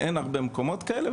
אין הרבה מקומות כאלה,